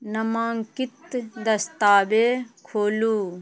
नमाङ्कित दस्तावेज खोलू